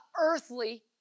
earthly